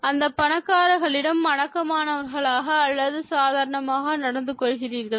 அந்த பணக்காரரிடம் அடக்கமானவர்களாக அல்லது சாதாரணமாக நடந்து கொள்கிறீர்களா